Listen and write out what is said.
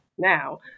Now